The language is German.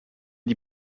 die